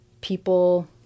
people